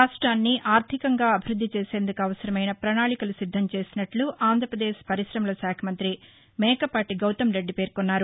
రాష్టాన్ని ఆర్దికంగా అభివృద్ది చేసేందుకు అవసరమైన పణాళికలు సిద్దంచేసినట్లు ఆంధ్రప్రదేశ్ పరిశ్రమలశాఖ మంతి మేకపాటి గౌతంరెడ్డి పేర్కొన్నారు